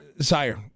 sire